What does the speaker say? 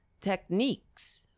techniques